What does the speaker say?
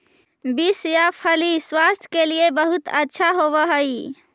beans या फली स्वास्थ्य के लिए बहुत अच्छा होवअ हई